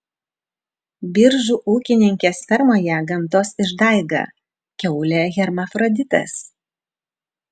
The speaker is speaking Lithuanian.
biržų ūkininkės fermoje gamtos išdaiga kiaulė hermafroditas